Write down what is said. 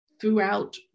throughout